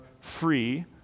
free